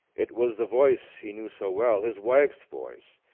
it was the voice he knew so well, his wife's voice,